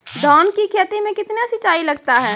धान की खेती मे कितने सिंचाई लगता है?